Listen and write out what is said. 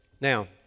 Now